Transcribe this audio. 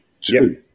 Two